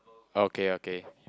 okay okay